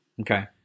Okay